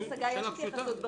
האמת שזה נדיר